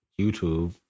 YouTube